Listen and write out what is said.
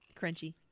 crunchy